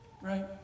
right